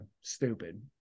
stupid